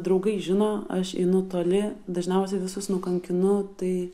draugai žino aš einu toli dažniausiai visus nukankinu tai